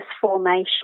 formation